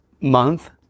month